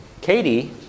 Katie